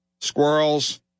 squirrels